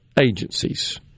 agencies